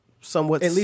somewhat